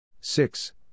six